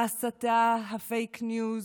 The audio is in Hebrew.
ההסתה, הפייק ניוז,